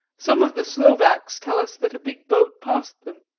some of the slovaks tell us that a big boat passed them,